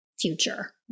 future